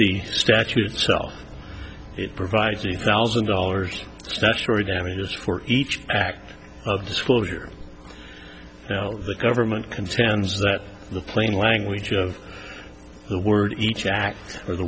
the statute itself it provides a thousand dollars statutory damages for each act of disclosure the government contends that the plain language of the word each act or the